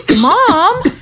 Mom